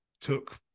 took